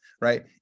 right